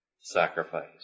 sacrifice